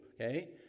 okay